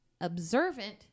observant